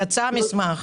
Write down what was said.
יצא מסמך.